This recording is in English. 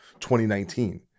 2019